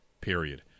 Period